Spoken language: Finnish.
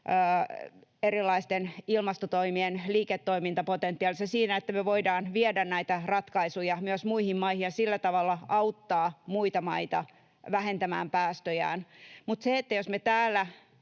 erilaisten ilmastotoimien liiketoimintapotentiaalissa, siinä, että me voidaan viedä näitä ratkaisuja myös muihin maihin ja sillä tavalla auttaa muita maita vähentämään päästöjään. Mutta se, jos me täällä